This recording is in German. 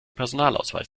personalausweis